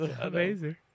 Amazing